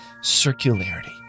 circularity